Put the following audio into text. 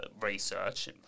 research